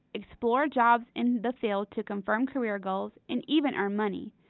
explore jobs in the field to confirm career goals, and even earn money.